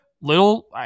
little